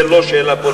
זה לא שאלה פוליטית,